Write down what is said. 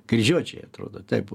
kryžiuočiai atrodo taip